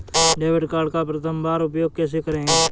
Debit card का प्रथम बार उपयोग कैसे करेंगे?